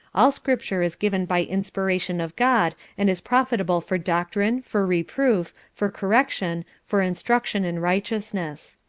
all scripture is given by inspiration of god and is profitable for doctrine, for reproof, for correction, for instruction in righteousness.